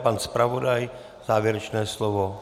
Pan zpravodaj závěrečné slovo?